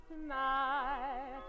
tonight